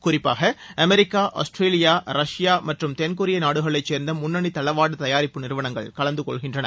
குறிப்பாக America Australia Russia மற்றும் தென்கொரிய நாடுகளைச் சேர்ந்த முன்னணி தளவாட தயாரிப்பு நிறுவனங்கள் கலந்துகொள்கின்றன